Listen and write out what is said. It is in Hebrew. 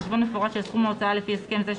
חשבון מפורט של סכום ההוצאה לפי הסכם זה,